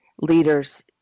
leaders